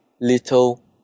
little